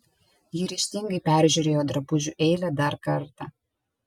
ji ryžtingai peržiūrėjo drabužių eilę dar kartą